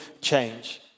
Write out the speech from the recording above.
change